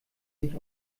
sich